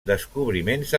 descobriments